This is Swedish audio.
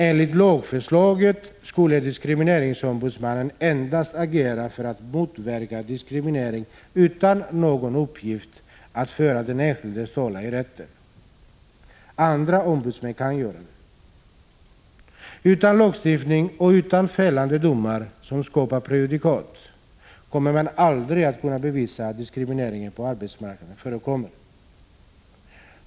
Enligt lagförslaget skulle diskrimineringsombudsmannen endast agera för att motverka diskriminering utan någon uppgift att föra den enskildes talan i rätten, vilket andra ombudsmän kan göra. Utan lagstiftning och utan fällande domar som skapar prejudikat kommer man aldrig att kunna bevisa att diskriminering på arbetsmarknaden förekommer.